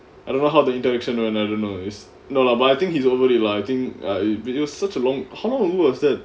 I don't know how the interaction went I don't know it's no lah but I think he's over it lah I think it was such a long how long ago was that